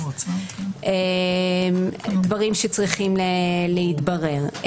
אלה דברים שצריכים להתברר.